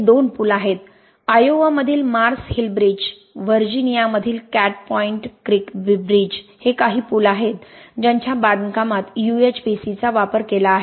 हे दोन पूल आहेत आयोवामधील मार्स हिल ब्रिज व्हर्जिनियामधील कॅट पॉइंट क्रीक ब्रिज हे काही पूल आहेत ज्यांच्या बांधकामात यूएचपीसीचा वापर केला आहे